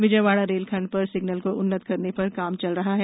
विजयवाडा रेलखंड पर सिग्नल को उन्नत करने पर काम चल रहा है